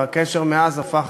והקשר מאז הפך